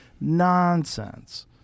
nonsense